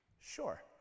Sure